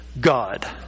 God